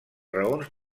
raons